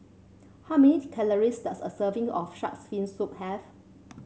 how many calories does a serving of shark's fin soup have